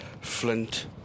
flint